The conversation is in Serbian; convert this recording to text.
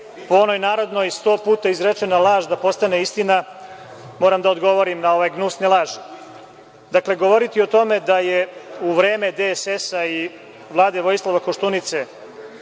po onoj narodnoj - sto puta izrečena laž postaje istina, moram da odgovorim na ove gnusne laži. Dakle, govoriti o tome da je u vreme DSS i Vlade Vojislava Koštunice